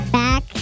back